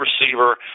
receiver